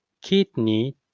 Kidney